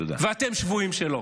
ואתם שבויים שלו,